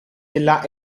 della